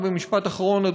רק משפט אחרון,